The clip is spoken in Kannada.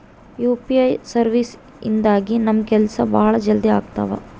ಯು.ಪಿ.ಐ ಸರ್ವೀಸಸ್ ಇಂದಾಗಿ ನಮ್ ಕೆಲ್ಸ ಭಾಳ ಜಲ್ದಿ ಅಗ್ತವ